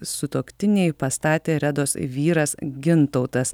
sutuoktinei pastatė redos vyras gintautas